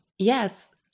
Yes